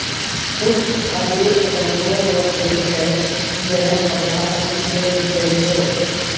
पुष्प अनेक रंगो रो देखै लै हमरा सनी के मिलै छै